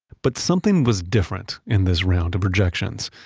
but something was different in this round of rejections,